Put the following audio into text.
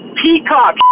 peacock